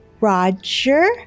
Roger